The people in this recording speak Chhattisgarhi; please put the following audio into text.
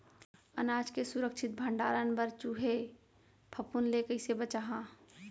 अनाज के सुरक्षित भण्डारण बर चूहे, फफूंद ले कैसे बचाहा?